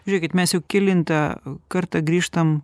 žiūrėkit mes jau kelintą kartą grįžtam